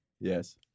Yes